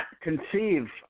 conceive